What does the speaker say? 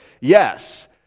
yes